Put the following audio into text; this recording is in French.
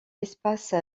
espace